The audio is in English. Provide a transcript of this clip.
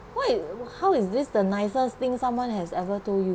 wait how is this the nicest thing someone has ever told you